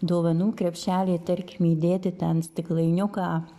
dovanų krepšelį tarkim įdėti ten stiklainiuką